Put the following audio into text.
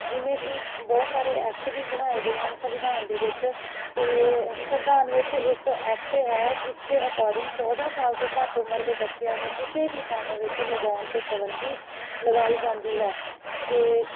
ਜਿਵੇਂ ਕਿ ਬਹੁਤ ਸਾਰੇ ਐਕਟ ਵੀ ਬਣਾਏ ਗਏ ਹਨ ਸੰਵਿਧਾਨ ਦੇ ਵਿੱਚ ਅਤੇ ਸੰਵਿਧਾਨ ਵਿੱਚ ਇੱਕ ਐਕਟ ਹੈ ਜਿਸ ਦੇ ਅਕੋਰਡਿੰਗ ਚੌਦਾਂ ਸਾਲ ਤੋਂ ਘੱਟ ਉਮਰ ਦੇ ਬੱਚਿਆਂ ਨੂੰ ਕਿਸੇ ਵੀ ਕੰਮ ਵਿੱਚ ਲਗਾਉਣ 'ਤੇ ਪਾਬੰਦੀ ਲਗਾਈ ਜਾਂਦੀ ਹੈ ਅਤੇ